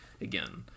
again